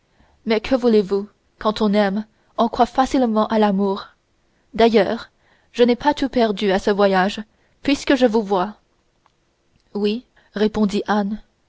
mais que voulez-vous quand on aime on croit facilement à l'amour d'ailleurs je n'ai pas tout perdu à ce voyage puisque je vous vois oui répondit